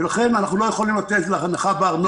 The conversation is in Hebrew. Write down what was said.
לכן אנחנו לא יכולים לתת הנחה בארנונה.